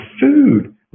food